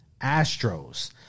astros